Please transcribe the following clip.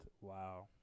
Wow